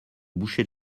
boucher